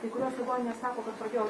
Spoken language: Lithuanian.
kai kurios ligoninės sako kad pradėjo